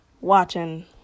watching